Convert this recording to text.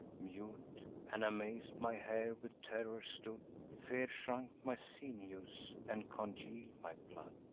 mute and amaz'd, my hair with terror stood fear shrunk my sinews, and congeal'd my blood.